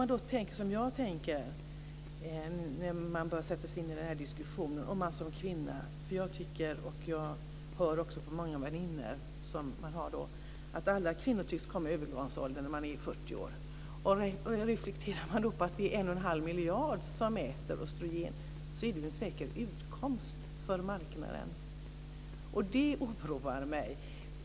När man som kvinna börjar sätta sig in i den här diskussionen tycker jag att man hör, också från många väninnor, att alla kvinnor tycks komma i övergångsåldern när de är 40 år. Reflekterar man då över att det är 1 1⁄2 miljard kvinnor som äter östrogen kommer man fram till att det är en säker utkomst för marknaden. Det oroar mig.